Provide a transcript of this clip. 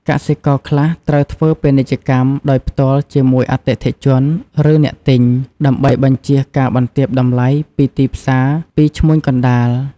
កសិករខ្លះត្រូវធ្វើពាណិជ្ជកម្មដោយផ្ទាល់ជាមួយអតិថិជន ឬអ្នកទិញ ដើម្បីបញ្ជៀសការបន្ទាបតម្លៃពីទីផ្សារពីឈ្មួញកណ្ដាល។